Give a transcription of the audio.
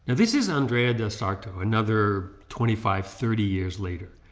and this is andrea del sarto. another twenty five thirty years later.